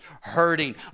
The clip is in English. hurting